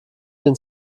den